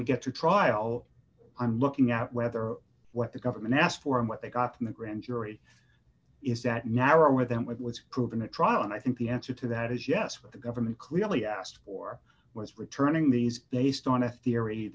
we get to trial i'm looking at whether what the government asked for and what they got from the grand jury is that narrower than what was proven at trial and i think the answer to that is yes what the government clearly asked for was returning these based on a theory